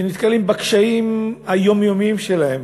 שנתקלים בקשיים היומיומיים שלהם,